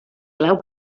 clau